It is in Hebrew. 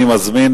אני מזמין,